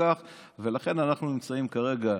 ולכן אנחנו נמצאים כרגע,